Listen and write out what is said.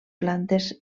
plantes